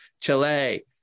Chile